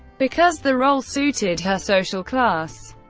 because the role suited her social class.